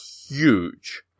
huge